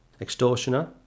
Extortioner